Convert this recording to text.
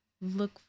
look